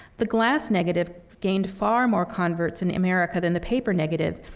the glass negative gained far more converts in america than the paper negative,